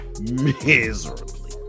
miserably